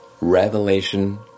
revelation